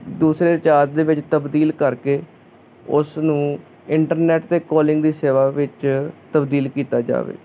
ਦੂਸਰੇ ਚਾਰਜ ਦੇ ਵਿੱਚ ਤਬਦੀਲ ਕਰਕੇ ਉਸਨੂੰ ਇੰਟਰਨੈੱਟ ਅਤੇ ਕੋਲਿੰਗ ਦੀ ਸੇਵਾ ਵਿੱਚ ਤਬਦੀਲ ਕੀਤਾ ਜਾਵੇ